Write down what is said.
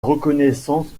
reconnaissance